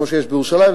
כמו שיש בירושלים,